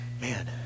man